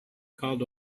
called